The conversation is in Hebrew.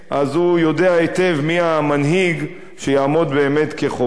יודע היטב מי המנהיג שיעמוד באמת כחומה